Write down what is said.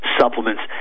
supplements